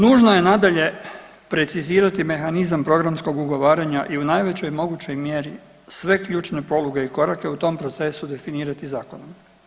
Nužno je nadalje precizirati mehanizam programskog ugovaranja i u najvećoj mogućoj mjeri sve ključne poluge i korake u tom procesu definirati zakonom.